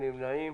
אין נמנעים.